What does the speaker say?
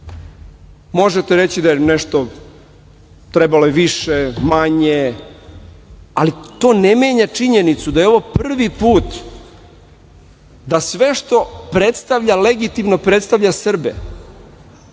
Možete reći da je nešto trebalo više, manje, ali to ne menja činjenicu da je ovo prvi put da sve što predstavlja, legitimno predstavlja Srbe